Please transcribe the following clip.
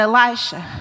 Elisha